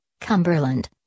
Cumberland